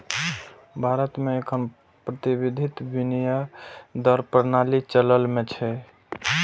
भारत मे एखन प्रबंधित विनिमय दर प्रणाली चलन मे छै